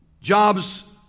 Jobs